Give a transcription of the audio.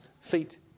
feet